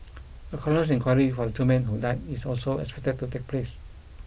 a coroner's inquiry for the two men who died is also expected to take place